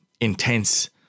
intense